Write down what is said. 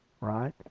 Right